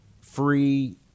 free